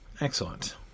Excellent